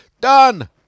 Done